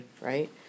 right